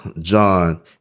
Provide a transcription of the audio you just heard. John